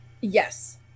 yes